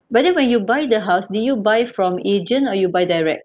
but then when you buy the house did you buy from agent or you buy direct